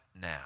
now